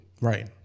right